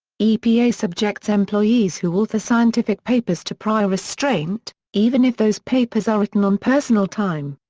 epa subjects employees who author scientific papers to prior restraint, even if those papers are written on personal time.